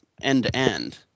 end-to-end